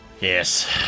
Yes